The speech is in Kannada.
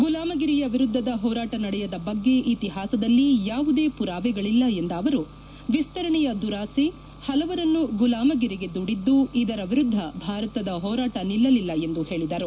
ಗುಲಾಮಗಿರಿಯ ವಿರುದ್ಧದ ಹೋರಾಟ ನಡೆಯದ ಬಗ್ಗೆ ಇತಿಹಾಸದಲ್ಲಿ ಯಾವುದೇ ಮರಾವೆಗಳಿಲ್ಲ ಎಂದ ಅವರು ವಿಸ್ತರಣೆಯ ದುರಾಸೆ ಪಲವರನ್ನು ಗುಲಾಮಗಿರಿಗೆ ದೂಡಿದ್ದು ಇದರ ವಿರುದ್ಧ ಭಾರತದ ಹೋರಾಟ ನಿಲ್ಲಲಿಲ್ಲ ಎಂದು ಹೇಳಿದರು